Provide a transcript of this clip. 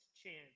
chance